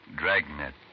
Dragnet